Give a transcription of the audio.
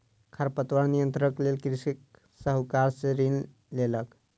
खरपतवार नियंत्रणक लेल कृषक साहूकार सॅ ऋण लेलक